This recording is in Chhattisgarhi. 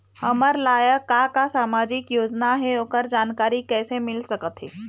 हमर लायक का का सामाजिक योजना हे, ओकर जानकारी कइसे मील सकत हे?